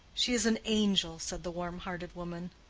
she is an angel, said the warm-hearted woman.